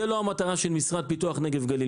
זה לא המטרה של המשרד לפיתוח הנגב והגליל.